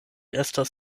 estas